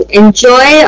enjoy